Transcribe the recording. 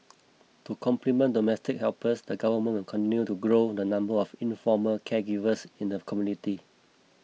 to complement domestic helpers the government will continue to grow the number of informal caregivers in the community